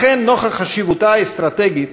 לכן, נוכח חשיבותה האסטרטגית,